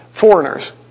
foreigners